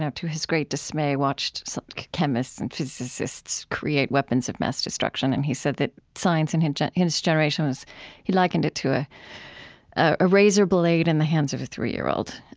yeah to his great dismay watched so chemists and physicists create weapons of mass destruction, and he said that science in his his generation he likened it to a a razor blade in the hands of a three year old.